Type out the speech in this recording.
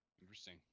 Interesting